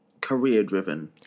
career-driven